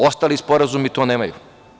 Ostali sporazumi to nemaju.